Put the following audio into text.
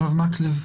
הרב מקלב,